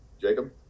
Jacob